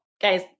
guys